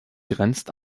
grenzt